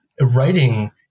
writing